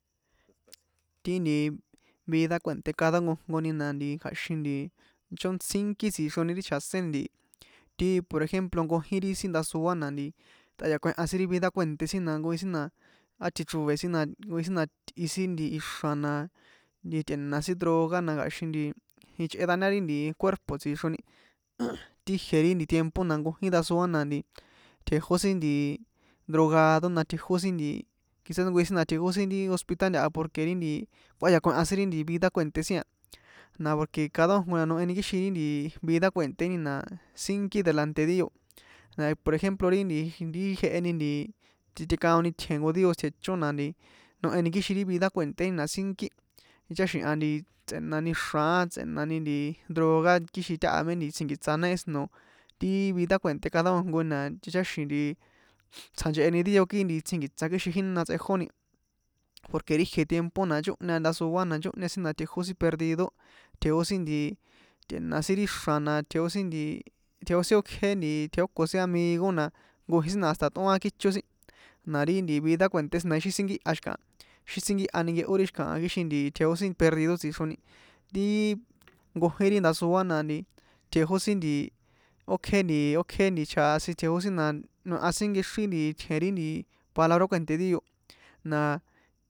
Ti nti vida kue̱nté cada nkojnkoni na nti kja̱xin nti chón sínki tsixroi ri chjaséni ntihi ti por ejemplo nkojin ri sin ndasoa na nti tꞌayakuehan sin ri vida kue̱nté sin na nkojín na átjichroe sin na nkojin sin na itꞌi sin xra̱ na nti tꞌe̱na sin droga kja̱xin nti ichꞌe dañar ti cuerpo tsixroni tijie ri tiempo na nkojin ndasoa na nti tjejó sin nti drogado na tjejó sin nti quizás nkojin sin tjejó sin ri hospital ntaha porque ri nti kꞌuáyakuehan ri vida kue̱nté sin a na porque cada nkojnkoni na noheni kixin ri nti vida kue̱nté ni na sínkí delante dio por ejemplo ri nti jeheni titekaoni itjen jnko dio tjechón na nti noheni kixin ri vida kue̱nténi na sínkí ticháxi̱han tsꞌe̱nani xran á tsꞌe̱nani nti droga á kixin táha mé tsjinkiṭsa nahí sino ti vida kue̱nté cada nkojnkoni na ticháxi̱n tsjancheheni dio kii nti tsjinkiṭsa kixin jína tsꞌejóni porque ri jie tiempo na nchóhña ndasoa na nchóhña sin na tjejó sin perdido tjejó sin tꞌe̱na sin ri ixra̱n na tjeó sin tjeó sin ókjé tjejóko sin amigo na jnkojin sin na hasta tꞌóan kícho sin na ri nti vida kue̱nté sin na ixi sínkiha xikaha xi sínkiha ninkehó xikaha kixin tjejó sin perdido tsixroni ti nkojín ri ndasoa na nti tjejó sin nti ókjé nti ókjé nti chjasin tjejó na noea sin nkexrín itjen ri nti palabra kue̱nté dio na.